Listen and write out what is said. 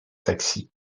taxi